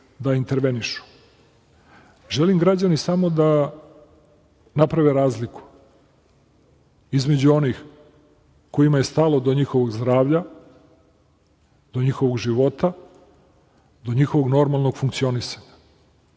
da intervenišu. Želim građani samo da naprave razliku između onih kojima je stalo do njihovog zdravlja, do njihovog života, do njihovog normalnog funkcionisanja.